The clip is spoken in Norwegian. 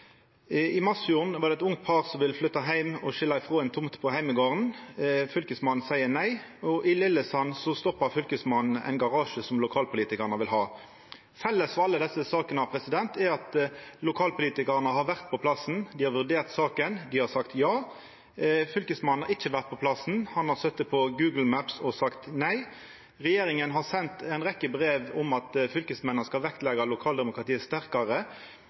I Masfjorden var det eit ungt par som ville flytta heim og skilja frå ei tomt på heimegarden. Fylkesmannen sa nei. Og i Lillesand stoppa Fylkesmannen ein garasje som lokalpolitikarane ville ha. Felles for alle desse sakene er at lokalpolitikarane har vore på plassen, dei har vurdert saka, dei har sagt ja. Fylkesmannen har ikkje vore på plassen. Han har sete på Google Maps og sagt nei. Regjeringa har sendt ei rekkje brev om at fylkesmennene skal vektleggja lokaldemokratiet sterkare.